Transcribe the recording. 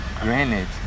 granite